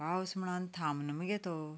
पावस म्हणून थांबना मगे तो